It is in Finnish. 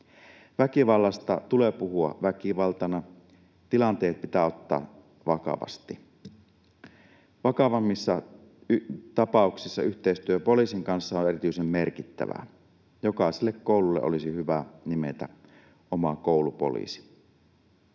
Väkivallasta tulee puhua väkivaltana. Tilanteet pitää ottaa vakavasti. Vakavammissa tapauksissa yhteistyö poliisin kanssa on erityisen merkittävää. Jokaiselle koululle olisi hyvä nimetä oma koulupoliisi.